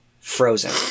frozen